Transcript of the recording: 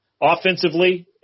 offensively